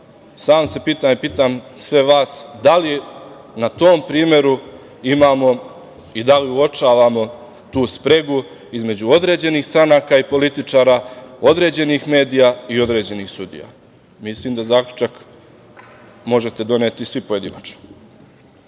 sam se pitam i pitam sve vas – da li na tom primeru imamo i da li uočavamo tu spregu između određenih stranaka i političara, određenih medija i određenih sudija? Mislim da zaključak možete doneti svi pojedinačno.